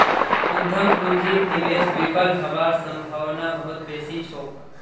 उद्यम पूंजीर निवेश विफल हबार सम्भावना बहुत बेसी छोक